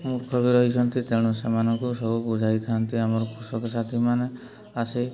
ମୂର୍ଖ ବି ରହିଛନ୍ତି ତେଣୁ ସେମାନଙ୍କୁ ସବୁ ବୁଝାଇଥାନ୍ତି ଆମର କୃଷକ ସାଥୀମାନେ ଆସି